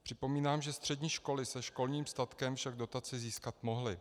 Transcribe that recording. Připomínám, že střední školy se školním statkem však dotaci získat mohly.